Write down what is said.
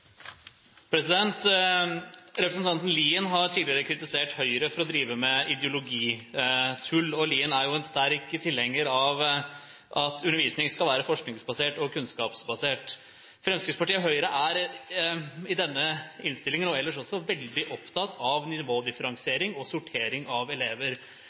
jo en sterk tilhenger av at undervisning skal være forskningsbasert og kunnskapsbasert. Fremskrittspartiet og Høyre er i denne innstillingen – og ellers også – veldig opptatt av nivådifferensiering og sortering av elever.